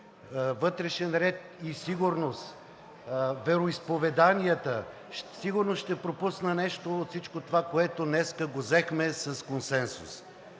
вътрешен ред и сигурност, вероизповедания, сигурно ще пропусна нещо от всичко това, което днес го взехме с консенсус.